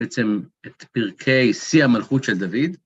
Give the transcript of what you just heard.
בעצם את פרקי שיא המלכות של דוד.